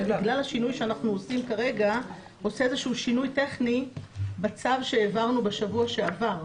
נתנה איזה טיפול ראשוני,